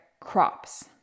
crops